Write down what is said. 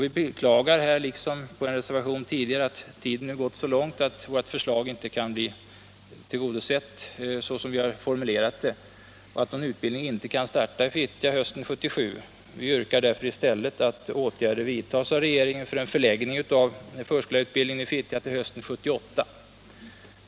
Vi beklagar här, liksom beträffande reservationen tidigare, att tiden nu gått så långt att vårt förslag inte kan bli tillgodosett såsom vi formulerat det och att någon utbildning inte kan startas i Fittja hösten 1977. Vi yrkar därför i stället att åtgärder vidtas av regeringen för en förläggning av en förskollärarutbildning i Fittja till hösten 1978.